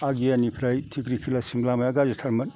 आरियानिफराय थिफ्रिखिलासिम लामाया गाज्रि थारमोन